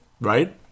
Right